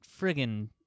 friggin